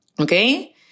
okay